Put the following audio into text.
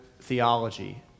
theology